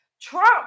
Trump